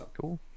Cool